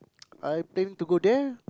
I planning to go there